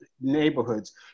neighborhoods